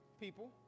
people